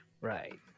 Right